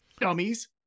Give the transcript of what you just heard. Dummies